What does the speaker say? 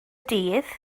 dydd